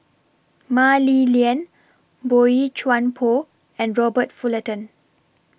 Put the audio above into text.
Mah Li Lian Boey Chuan Poh and Robert Fullerton